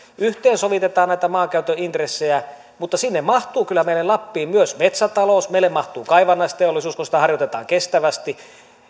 yhteensovitetaan näitä maankäytön intressejä mutta sinne mahtuu kyllä meille lappiin myös metsätalous meille mahtuu kaivannaisteollisuus kun sitä harjoitetaan kestävästi